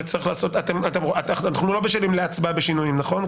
אנחנו לא בשלים להצבעה בשינויים, נכון?